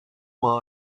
mun